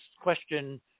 question